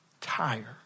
tire